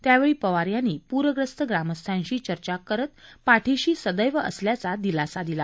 त्यावेळी पवार यांनी प्रग्रस्त ग्रामस्थांशी चर्चा करत पाठीशी सदैव असल्याचा दिलासा दिला